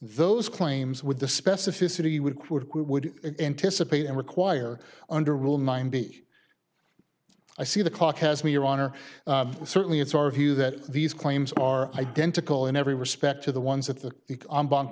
those claims with the specificity would would anticipate and require under rule nine b i see the clock has me your honor certainly it's our view that these claims are identical in every respect to the ones that the